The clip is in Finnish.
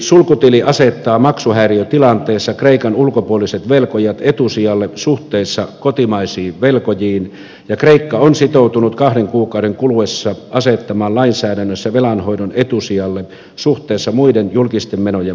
sulkutili asettaa maksuhäiriötilanteessa kreikan ulkopuoliset velkojat etusijalle suhteessa kotimaisiin velkojiin ja kreikka on sitoutunut kahden kuukauden kuluessa asettamaan lainsäädännössä velanhoidon etusijalle suhteessa muiden julkisten menojen maksamiseen